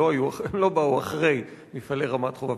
הם לא באו אחרי מפעלי רמת-חובב,